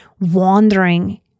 wandering